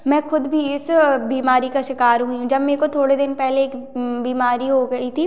मैं ख़ुद भी इस बीमारी का शिकार हूँ जब मेरे को थोड़े दिन पहले एक बीमारी हो गई थी